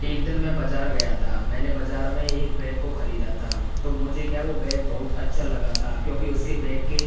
एक दिन में बाज़ार गया था मैंने बाज़ार में एक बैग को ख़रीदा था तो मुझे क्या वो बैग बहुत अच्छा लगा था क्योंकि उसके बैग के